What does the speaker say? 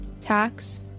tax